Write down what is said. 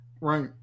right